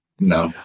No